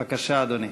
בבקשה, אדוני.